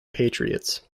patriots